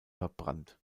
verbrannt